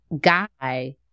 guy